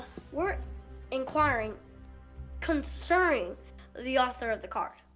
we're inquiring concerning the author of the card?